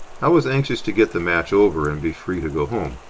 i was anxious to get the match over and be free to go home.